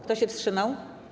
Kto się wstrzymał?